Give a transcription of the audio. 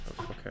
Okay